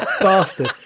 bastard